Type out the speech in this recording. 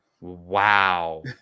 Wow